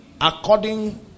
According